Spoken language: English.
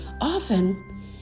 Often